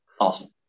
Awesome